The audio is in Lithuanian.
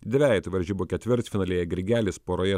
dvejetų varžybų ketvirtfinalyje grigelis poroje